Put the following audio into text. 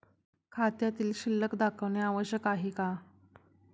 खात्यातील शिल्लक दाखवणे आवश्यक आहे का?